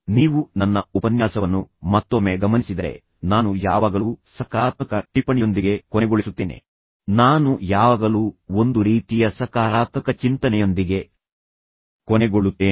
ನೀವು ನನ್ನ ಉಪನ್ಯಾಸವನ್ನು ಮತ್ತೊಮ್ಮೆ ಗಮನಿಸಿದರೆ ನಾನು ಯಾವಾಗಲೂ ಸಕಾರಾತ್ಮಕ ಟಿಪ್ಪಣಿಯೊಂದಿಗೆ ಕೊನೆಗೊಳಿಸುತ್ತೇನೆ ಎಂದು ಖಚಿತಪಡಿಸಿಕೊಳ್ಳಲು ಪ್ರಯತ್ನಿಸುತ್ತೇನೆ ನಾನು ಯಾವಾಗಲೂ ಒಂದು ರೀತಿಯ ಸಕಾರಾತ್ಮಕ ಚಿಂತನೆಯೊಂದಿಗೆ ಕೊನೆಗೊಳ್ಳುತ್ತೇನೆ